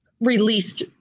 released